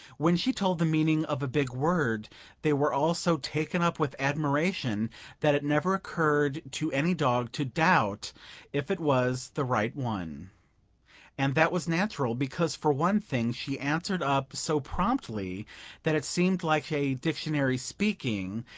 when she told the meaning of a big word they were all so taken up with admiration that it never occurred to any dog to doubt if it was the right one and that was natural, because, for one thing, she answered up so promptly that it seemed like a dictionary speaking,